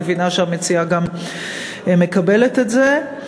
אני מבינה שהמציעה גם מקבלת את זה.